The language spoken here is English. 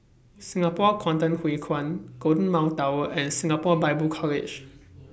Singapore Kwangtung Hui Kuan Golden Mile Tower and Singapore Bible College